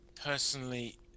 Personally